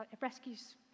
rescues